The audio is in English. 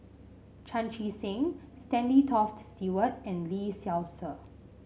Chan Chee Seng Stanley Toft Stewart and Lee Seow Ser